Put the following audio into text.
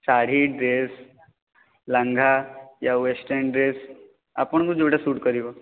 ଶାଢ଼ୀ dress lehenga ୟା western dress ଆପଣଙ୍କୁ ଯେଉଁଟା ସୁଟ କରିବ